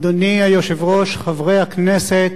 אדוני היושב-ראש, חברי הכנסת,